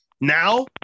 Now